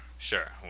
Sure